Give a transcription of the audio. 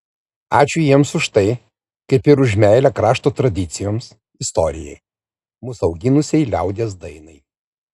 ačiū jiems už tai kaip ir už meilę krašto tradicijoms istorijai mus auginusiai liaudies dainai